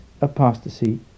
apostasy